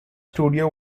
studio